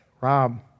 Rob